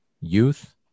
youth